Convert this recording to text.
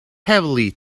heavily